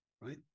right